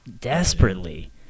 Desperately